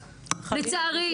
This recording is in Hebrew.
לצערי.